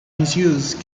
misuse